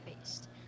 based